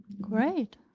Great